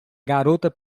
garota